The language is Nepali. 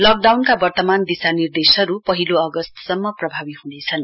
लकडाउनका वर्तमान दिशानिर्देशहरु पहिले अगस्तसम्म प्रभावी हुनेछन्